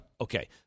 Okay